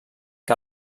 que